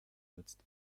nützt